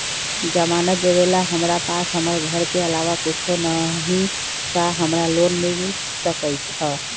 जमानत देवेला हमरा पास हमर घर के अलावा कुछो न ही का हमरा लोन मिल सकई ह?